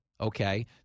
okay